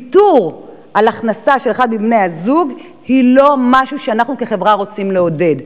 ויתור על הכנסה של אחד מבני-הזוג הוא לא משהו שאנחנו כחברה רוצים לעודד.